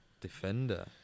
defender